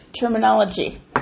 terminology